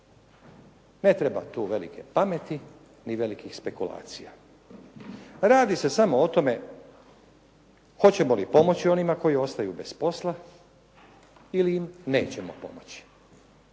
Ne treba tu velike pameti, ni velikih spekulacija. Radi se samo o tome hoćemo li pomoći onima koji ostaju bez posla ili im nećemo pomoći.